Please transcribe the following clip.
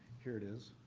here it is.